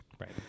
Right